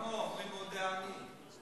לא, אומרים "מודה אני".